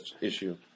issue